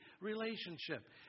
relationship